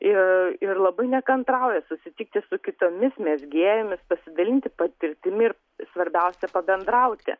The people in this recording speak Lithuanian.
ir ir labai nekantrauja susitikti su kitomis mezgėjomis pasidalinti patirtimi ir svarbiausia pabendrauti